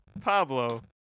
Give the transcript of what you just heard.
Pablo